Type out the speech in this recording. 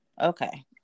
okay